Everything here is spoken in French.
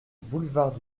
boulevard